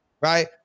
right